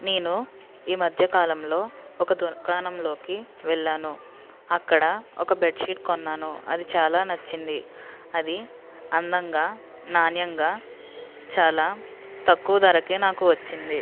నేను ఈ మధ్య కాలంలో ఒక దుకాణంలోకి వెళ్ళాను అక్కడ ఒక బెడ్షీట్ కొన్నాను అది చాలా నచ్చింది అది అందంగా నాణ్యంగా చాలా తక్కువ ధరకే నాకు వచ్చింది